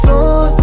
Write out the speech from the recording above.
on